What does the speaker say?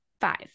five